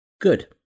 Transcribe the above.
Good